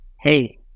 hey